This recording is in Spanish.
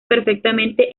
perfectamente